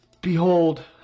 Behold